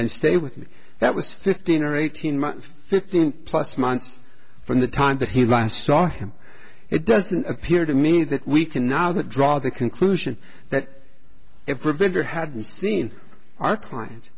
and stay with me that was fifteen or eighteen months fifteen plus months from the time that he last saw him it doesn't appear to me that we can now draw the conclusion that it prevented or hadn't seen our client